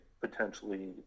potentially